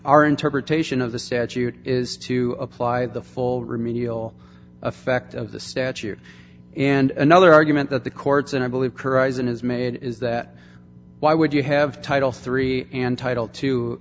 our interpretation of the statute is to apply the full remedial effect of the statute and another argument that the courts and i believe it is made is that why would you have title three and title two